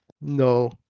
No